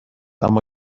اما